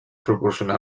proporcionar